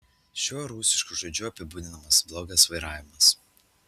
šiuo rusišku žodžiu apibūdinamas blogas vairavimas